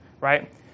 right